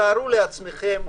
תארו לעצמכם,